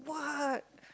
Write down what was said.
what